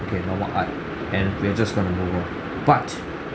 okay normal art and we're just going to move on but